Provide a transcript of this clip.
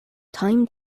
time